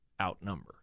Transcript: outnumber